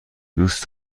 دوست